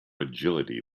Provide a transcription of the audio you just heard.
agility